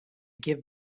give